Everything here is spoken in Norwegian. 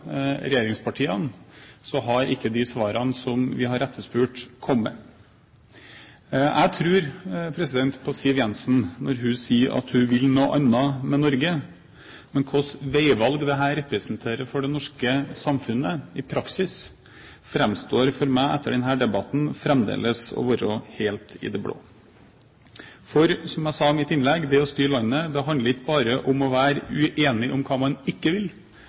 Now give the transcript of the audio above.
regjeringspartiene har ikke de svarene vi har etterspurt, kommet. Jeg tror på Siv Jensen når hun sier at hun vil noe annet med Norge. Men hvilket veivalg det representerer for det norske samfunnet i praksis, framstår for meg etter denne debatten fremdeles som å være helt i det blå. Som jeg sa i mitt innlegg: Det å styre landet handler ikke bare om å være uenige om hva man ikke vil,